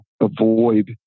avoid